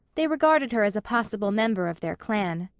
they regarded her as a possible member of their clan.